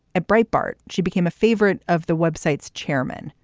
a bright bart, she became a favorite of the website's chairman.